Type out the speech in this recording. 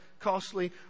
costly